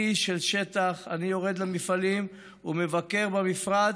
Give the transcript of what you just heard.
אני איש של שטח, אני יורד למפעלים ומבקר במפרץ,